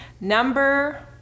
number